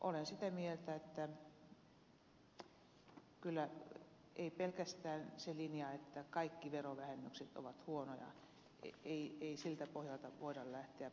olen sitä mieltä että ei pelkästään siltä pohjalta että kaikki verovähennykset ovat huonoja voida lähteä politiikkaa tekemään